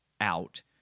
out